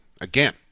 again